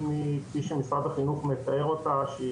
אם היא כפי שמשרד החינוך מתאר אותה,